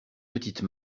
petites